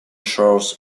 shores